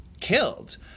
killed